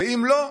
ואם לא,